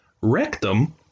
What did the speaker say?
Rectum